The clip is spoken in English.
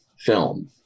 film